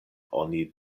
oni